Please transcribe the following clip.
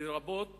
לרבות